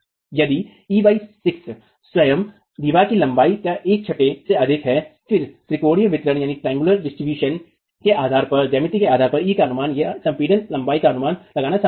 यदि e 6 स्वयं दीवार की लंबाई के एक छठे से अधिक है फिर त्रिकोणीय वितरण के आधार पर ज्यामिति के आधार पर ई का अनुमान या संपीड़ित लंबाई का अनुमान लगाना संभव है